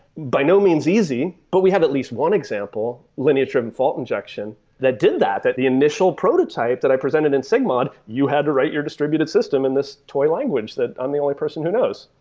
by no means easy, but we have at least one example, lineage-driven fault injection that did that. that the initial prototype that i presented in sigmod, you had to write your distributed system in this toy language that i'm the only person who knows.